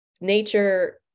nature